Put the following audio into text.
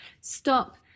stop